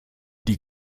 die